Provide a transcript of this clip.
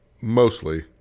mostly